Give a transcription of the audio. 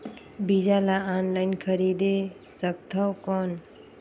बीजा ला ऑनलाइन खरीदे सकथव कौन?